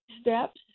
steps